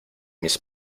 mis